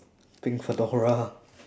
pink fedora